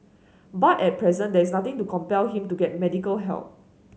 but at present there is nothing to compel him to get medical help